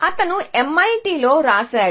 అతను MIT లో రాశాడు